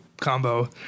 combo